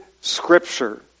Scripture